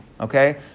okay